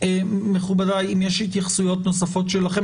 מכובדי, אם יש התייחסויות נוספות שלכם.